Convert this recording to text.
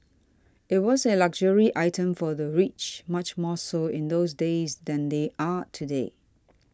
it was a luxury item for the rich much more so in those days than they are today